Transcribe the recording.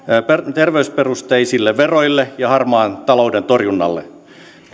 terveysperusteisille veroille ja harmaan talouden torjunnalle